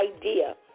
idea